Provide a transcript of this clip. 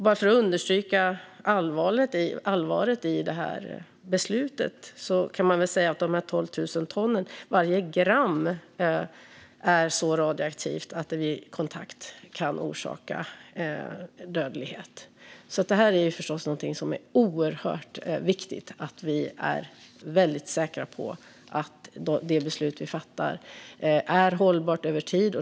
Bara för att understryka allvaret i beslutet kan man säga att varje gram av de 12 000 tonnen är så radioaktivt att det vid kontakt kan orsaka dödlighet. Det är förstås oerhört viktigt att vi är väldigt säkra på att det beslut vi fattar är hållbart över tid.